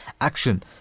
action